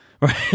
right